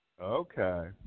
Okay